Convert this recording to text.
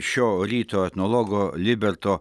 šio ryto etnologo liberto